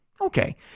Okay